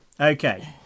okay